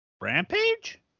Rampage